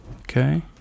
okay